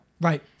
Right